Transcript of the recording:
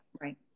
Right